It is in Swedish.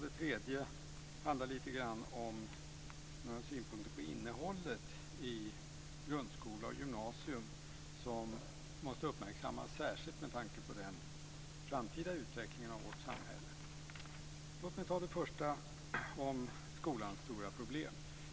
Den tredje handlar om några synpunkter på innehållet i grundskola och gymnasium som måste uppmärksammas särskilt med tanke på den framtida utvecklingen av vårt samhälle. Låt mig börja med den första, den om skolans stora problem.